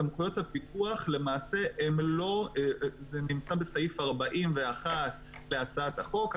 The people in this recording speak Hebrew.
סמכויות הפיקוח זה נמצא בסעיף 41 להצעת החוק,